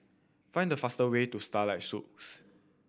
find the fastest way to Starlight Suites